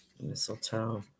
Mistletoe